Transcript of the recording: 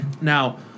now